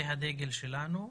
זה הדגל שלנו.